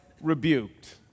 rebuked